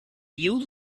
you